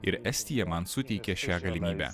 ir estija man suteikė šią galimybę